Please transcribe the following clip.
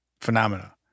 phenomena